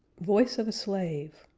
voice of a slave